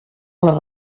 les